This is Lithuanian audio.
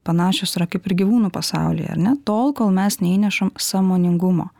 panašios yra kaip ir gyvūnų pasaulyje ar ne tol kol mes neįnešam sąmoningumo